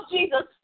Jesus